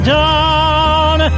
down